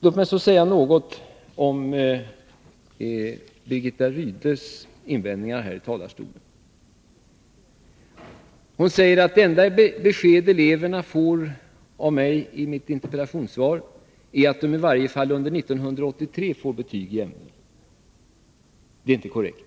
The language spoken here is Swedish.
Låt mig så säga något om Birgitta Rydles invändningar här från talarstolen. Hon sade att det enda besked eleverna får av mig i mitt interpellationssvar är 9” att de i varje fall under 1983 får betyg i ämnena. Detta är inte korrekt.